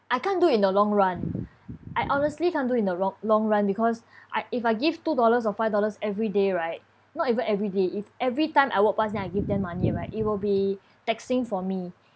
I can't do in the long run I honestly can't do in the ro~ long run because I if I give two dollars or five dollars every day right not even everyday if every time I walk pass them I give them money right it will be taxing for me